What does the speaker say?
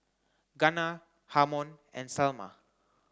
Gunnar Harmon and Salma